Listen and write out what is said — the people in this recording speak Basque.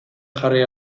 jarri